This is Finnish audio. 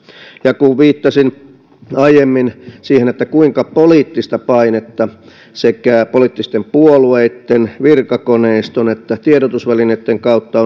kun viittasin aiemmin siihen kuinka poliittista painetta sekä poliittisten puolueitten virkakoneiston että tiedotusvälineitten kautta